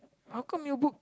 how come you booked